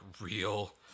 real